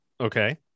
Okay